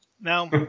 Now